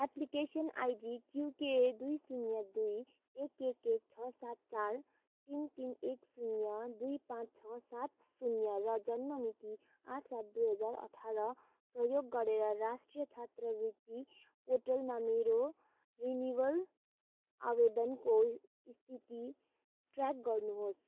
application ID क्युके दुई शून्य दुई एक एक एक छ सात चार तिन तिन एक शून्य दुई पाँच छ सात शून्य र जन्म मिति आठ सात दुई हजार अठार प्रयोग गरेर राष्ट्रिय छात्रवृत्ति पोर्टलमा मेरो रिनिवल आवेदनको स्थिति ट्र्याक गर्नुहोस्